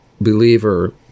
believer